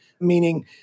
meaning